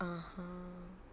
(uh huh)